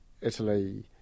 Italy